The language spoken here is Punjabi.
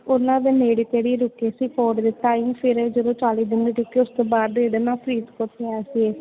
ਉਨ੍ਹਾਂ ਦੇ ਨੇੜੇ ਤੇੜੇ ਹੀ ਰੁਕੇ ਸੀ ਦੇ ਟਾਈਮ ਫਿਰ ਜਦੋਂ ਚਾਲੀ ਦਿਨ ਰੁਕੇ ਉਸ ਤੋਂ ਬਾਅਦ ਇਹਦਾ ਨਾਮ ਫਰੀਦਕੋਟ ਪਿਆ ਸੀ